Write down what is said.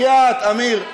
בחייאת, אמיר.